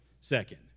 second